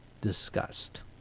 discussed